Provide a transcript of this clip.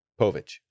Povich